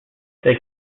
they